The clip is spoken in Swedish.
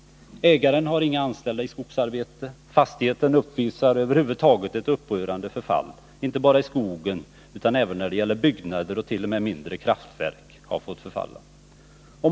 Ägaren har inga anställda i skogsarbete. Fastigheten uppvisar över huvud taget ett upprörande förfall, inte bara i skogen utan även när det gäller byggnader, och t.o.m. mindre kraftverk har fått förfalla.